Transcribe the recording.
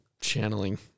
channeling